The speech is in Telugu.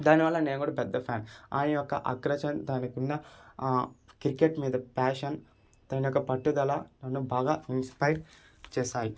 దాని వల్ల నేను కూడా పెద్ద ఫ్యాన్ ఆయన యొక్క అగ్రషన్ తనకున్న క్రికెట్ మీద ప్యాషన్ తన యొక్క పట్టుదల నన్ను బాగా ఇన్స్పైర్ చేశాయి